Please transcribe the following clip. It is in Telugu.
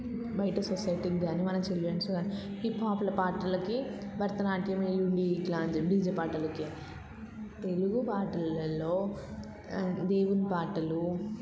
బయట సొసైటీకి కానీ మన చిల్డ్రన్స్ కానీ హిప్ హాప్ల పాటలకి భరతనాట్యం వేయండి ఇట్లా అని చెప్పి డీజే పాటలకి తెలుగు పాటలలో దేవుని పాటలు